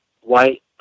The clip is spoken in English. white